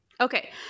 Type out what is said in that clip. Okay